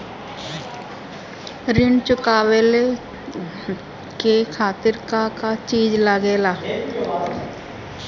ऋण चुकावे के खातिर का का चिज लागेला?